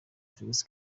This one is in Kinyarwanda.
felix